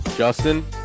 Justin